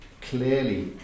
clearly